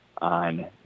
on